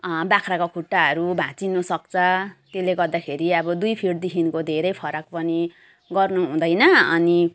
बाख्राको खुट्टाहरू भाँचिनसक्छ त्यसले गर्दाखेरि अब दुई फिटदेखिको धेरै फरक पनि गर्नुहुँदैन अनि